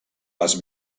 les